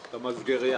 את המסגרייה